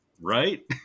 right